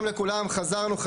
(הישיבה נפסקה בשעה 13:26 ונתחדשה בשעה 15:03.) חזרנו חזרה,